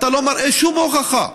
אתה לא מראה שום הוכחה,